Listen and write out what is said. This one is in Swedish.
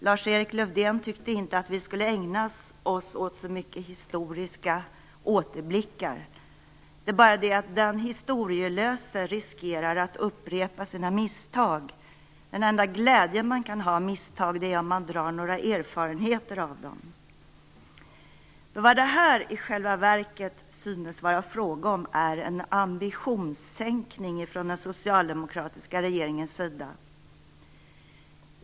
Lars-Erik Lövdén tyckte inte att vi skulle ägna oss åt så mycket historiska återblickar. Men den historielöse riskerar att upprepa sina misstag. Den enda glädjen som man kan ha av misstag är om man drar några erfarenheter av dem. Vad detta i själva verket synes vara fråga om är en ambitionssänkning från den socialdemokratiska regeringens sida.